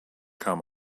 kam